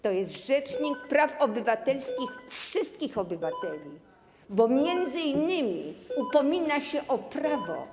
To jest rzecznik praw obywatelskich wszystkich obywateli, bo m.in. upomina się o prawo.